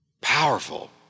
Powerful